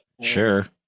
Sure